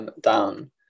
down